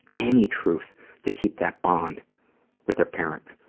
any truth to keep that bond with a parent.